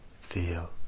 feel